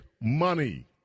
money